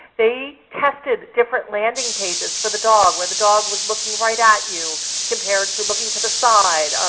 they tested different landing pages for the dog, where the dog was looking right at you compared to looking to the side,